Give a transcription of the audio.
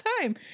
time